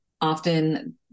often